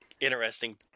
interesting